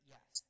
Yes